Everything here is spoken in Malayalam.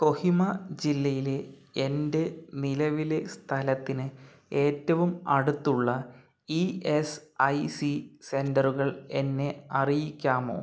കൊഹിമ ജില്ലയിലെ എൻ്റെ നിലവിലെ സ്ഥലത്തിന് ഏറ്റവും അടുത്തുള്ള ഇ എസ് ഐ സി സെൻ്ററുകൾ എന്നെ അറിയിക്കാമോ